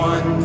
One